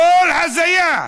כל הזיה,